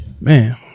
Man